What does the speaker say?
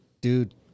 Dude